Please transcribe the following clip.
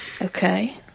Okay